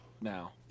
now